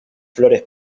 flores